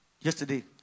yesterday